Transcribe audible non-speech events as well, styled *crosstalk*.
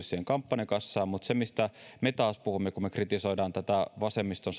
*unintelligible* siihen kampanjakassaan mutta se mistä me taas puhumme kun me kritisoimme tätä vasemmiston *unintelligible*